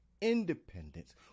independence